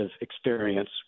experience